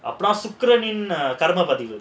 அப்போல்லாம் சுக்ரனின் கடந்த:apolaam sukiranin kadantha